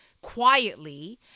quietly